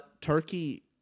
Turkey